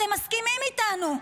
אתם מסכימים איתנו.